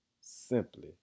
simply